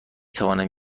توانم